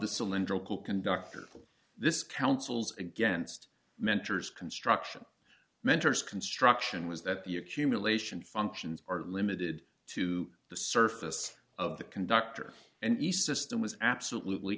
cylindrical conductor this council's against mentors construction mentors construction was that the accumulation functions are limited to the surface of the conductor and east system was absolutely